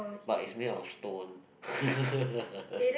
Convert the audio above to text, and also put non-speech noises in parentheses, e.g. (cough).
but is made of stone (laughs)